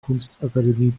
kunstakademie